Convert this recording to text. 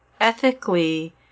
ethically